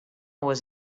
was